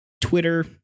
Twitter